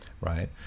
right